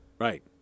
right